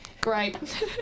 Great